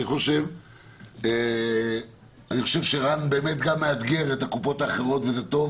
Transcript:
אני חושב שרן מאתגר את הקופות האחרות - וזה טוב